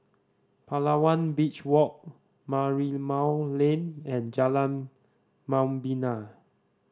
Palawan Beach Walk Merlimau Lane and Jalan Membina